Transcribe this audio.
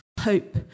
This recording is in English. hope